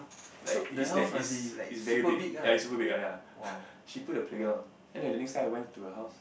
like is that is is very big ya is super big ya ya she put the playground then the next time I went to her house